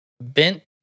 Bent